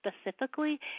specifically